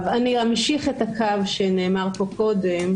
אמשיך את הקו שנאמר פה קודם.